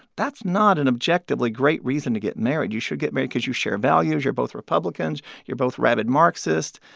that's not an objectively great reason to get married. you should get married because you share values you're both republicans, you're both rabid marxists.